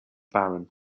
baron